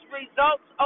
results